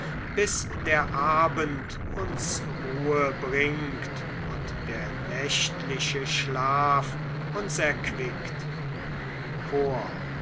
bis der abend uns ruhe bringt und der nächtliche schlaf uns erquickt chor